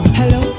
hello